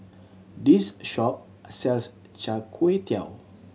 this shop sells Char Kway Teow